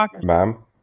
ma'am